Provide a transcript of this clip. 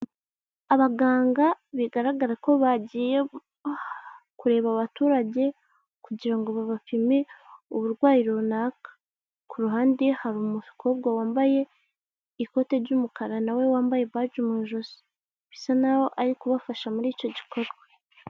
Abaganga bigaragara ko bagiye kureba abaturage kugira ngo babapime uburwayi runaka, ku ruhande hari umukobwa wambaye ikote ry'umukara nawe wambaye baje mu ijosi, bisa n'aho ari kubafasha muri icyo gikorwa.